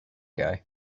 guy